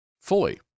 fully